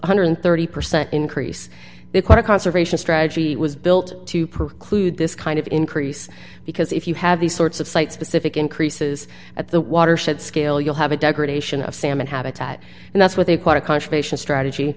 hundred and thirty percent increase because of conservation strategy was built to preclude this kind of increase because if you have these sorts of site specific increases at the watershed scale you'll have a degradation of salmon habitat and that's what they call a confirmation strategy